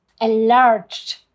enlarged